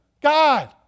God